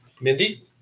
Mindy